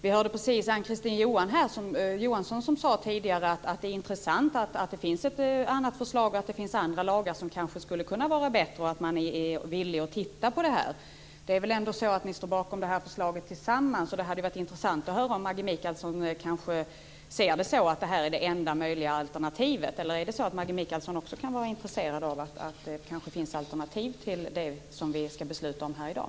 Vi hörde precis Ann-Kristine Johansson säga att det är intressant att det finns ett annat förslag, att det finns andra lagar som kanske skulle kunna vara bättre och att man är villig att titta närmare på det. Ni står väl ändå bakom det här förslaget tillsammans. Det hade varit intressant att höra om Maggi Mikaelsson ser det här som det enda möjliga alternativet, eller kan Maggi Mikaelsson också vara intresserad av att det finns alternativ till det som vi ska besluta om här i dag?